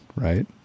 right